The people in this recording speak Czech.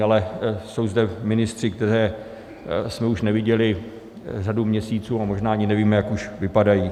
Ale jsou zde ministři, které jsme už neviděli řadu měsíců, a možná ani nevíme, jak už vypadají.